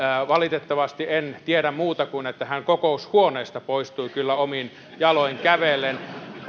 valitettavasti en tiedä muuta kuin että hän kokoushuoneesta poistui kyllä omin jaloin kävellen